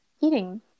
eating